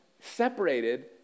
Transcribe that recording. separated